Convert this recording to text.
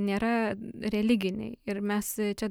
nėra religiniai ir mes čia